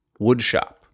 Woodshop